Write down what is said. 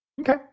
Okay